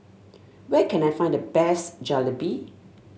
where can I find the best Jalebi